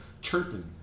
chirping